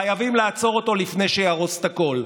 חייבים לעצור אותו לפני שיהרוס את הכול.